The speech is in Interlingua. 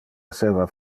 esseva